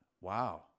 wow